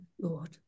Lord